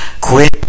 Quit